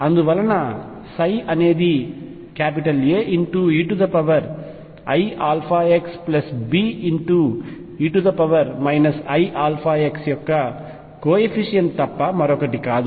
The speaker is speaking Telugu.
అందువలనψ అనేది AeiαxBe iαx యొక్క ఒక కోయెఫిషియంట్ తప్ప మరొకటి కాదు